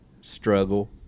struggle